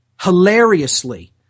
hilariously